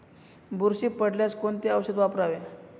बुरशी पडल्यास कोणते औषध वापरावे?